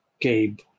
Gabe